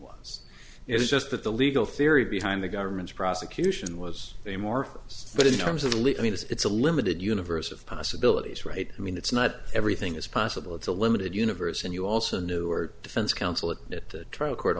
was it's just that the legal theory behind the government's prosecution was a more focused but in terms of the legal it's a limited universe of possibilities right i mean it's not everything is possible it's a limited universe and you also knew or defense counsel at the trial court